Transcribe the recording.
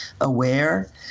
aware